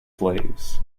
slaves